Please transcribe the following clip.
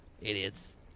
Idiots